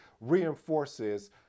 reinforces